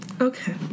Okay